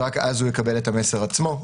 ורק אז הוא יקבל את המסר עצמו,